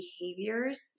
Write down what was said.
behaviors